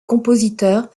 compositeur